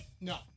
No